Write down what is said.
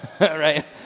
right